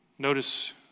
Notice